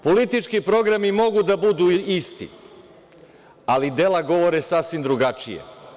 Politički programi mogu da budu isti, ali dela govore sasvim drugačije.